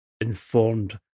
informed